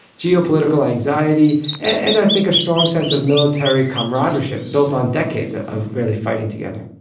geopolitical anxiety and i think a strong sense of military comradeship built on decades ah of really fighting together.